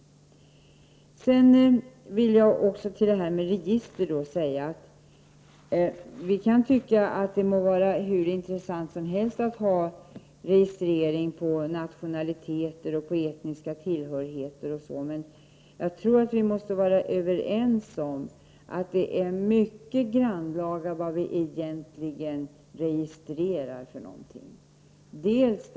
Jag har inte samma erfarenhet som Ragnhild Pohanka har av de ärenden hon har tagit del av, dvs. att uppgiften om tortyr har kommit fram redan i den första utredningen. Det må vara hur intressant som helst att upprätta register över nationaliteter och etniska tillhörigheter m.m., men vi måste vara överens om att det gäller att vara mycket grannlaga i fråga om vad som egentligen registreras.